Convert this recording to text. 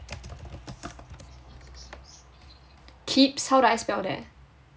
kibbs how do I spell that